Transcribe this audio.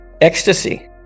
ecstasy